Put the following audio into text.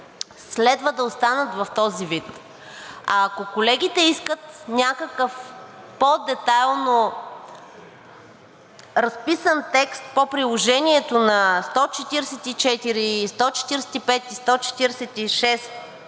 следва да останат в този вид. А ако колегите искат някакъв по-детайлно разписан текст по приложението на чл. 144, 145 и 146 от